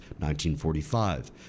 1945